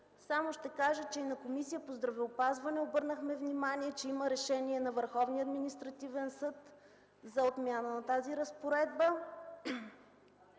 Само ще кажа, че на заседание на Комисията по здравеопазването обърнахме внимание, че има решение на Върховния административен съд за отмяна на тази разпоредба.